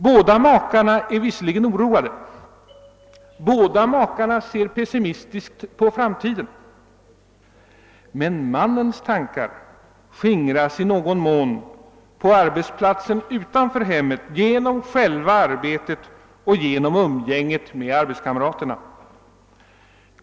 Båda makarna är visserligen oroade, båda makarna ser pessimistiskt på framtiden — men mannens tankar skingras i någon mån på arbetsplatsen utanför hemmet genom själva arbetet och genom umgänget med arbetskamraterna.